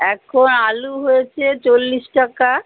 এখন আলু হয়েছে চল্লিশ টাকা